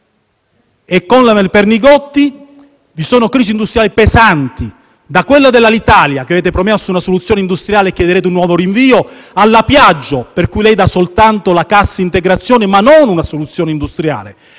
a quella della Pernigotti, vi sono crisi industriali pesanti: da quella dell'Alitalia, per la quale avevate promesso una soluzione industriale e, invece, chiederete un nuovo rinvio, alla Piaggio, per cui lei dà soltanto la cassa integrazione ma non trova una soluzione industriale,